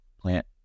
plant